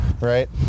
right